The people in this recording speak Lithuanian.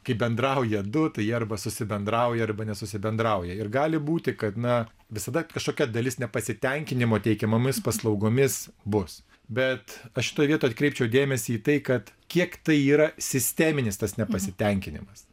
kai bendrauja du tai arba susibendrauja arba nesusibendrauja ir gali būti kad na visada kažkokia dalis nepasitenkinimo teikiamomis paslaugomis bus bet aš šitoj vietoj atkreipčiau dėmesį į tai kad kiek tai yra sisteminis tas nepasitenkinimas